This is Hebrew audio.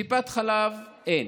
טיפת חלב אין.